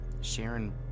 Sharon